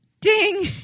Ding